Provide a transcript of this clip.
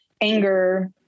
anger